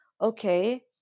Okay